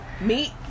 meet